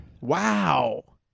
Wow